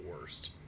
worst